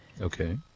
Okay